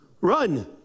run